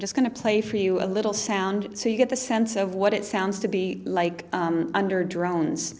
just going to play for you a little sound so you get the sense of what it sounds to be like under drones